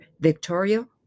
Victoria